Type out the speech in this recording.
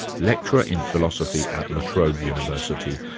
lecturer in philosophy at la trobe university.